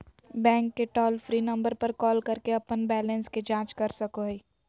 bank के toll free number पर call करके अपन बैलेंस के जांच कर सको हइ